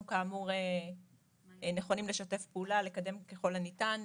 אנחנו כאמור נכונים לשתף פעולה, לקדם ככל הניתן,